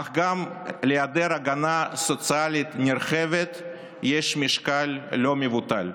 אך גם להיעדר הגנה סוציאלית נרחבת יש כאן משקל לא מבוטל.